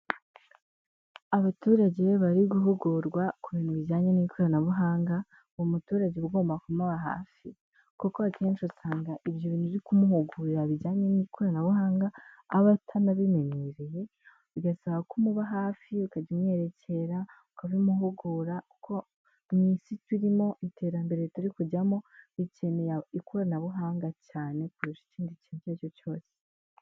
Abaturage bari guhugurwa ku bintu bijyanye n'ikoranabuhanga, uwo muturage ugomba kumuba hafi, kuko akenshi usanga ibyo bintu kumuhugurira bijyanye n'ikoranabuhanga, aba atanabimenyereye bigasaba ku muba hafi ukajya umwerekera ukabimuhugura kuko mu isi turimo, iterambere turi kujyamo rikeneye ikoranabuhanga cyane kurusha ikindi kintu icyari icyo ari cyo cyose.